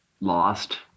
lost